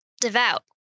devout